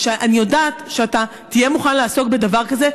ושאני יודעת שאתה תהיה מוכן לעסוק בדבר כזה,